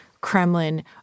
Kremlin